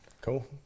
Cool